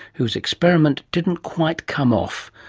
whose experiment didn't quite come off,